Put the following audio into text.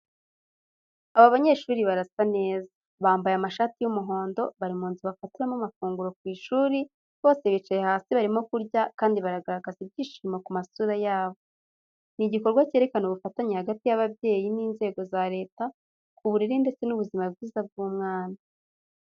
Abanyeshuri basa neza, bambaye amashati y'umuhondo, bari mu nzu bafatiramo amafunguro ku ishuri, bose bicaye hasi barimo kurya, kandi baragaragaza ibyishimo ku masura yabo. Ni igikorwa cyerekana ubufatanye hagati y'ababyeyi n'inzego za Leta ku burere ndetse n'ubuzima bwiza bw'umwana.